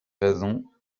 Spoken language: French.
raisons